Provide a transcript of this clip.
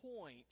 point